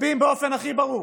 מצביעים באופן הכי ברור: